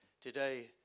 today